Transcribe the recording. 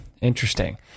Interesting